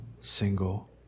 single